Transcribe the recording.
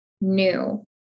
new